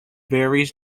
varies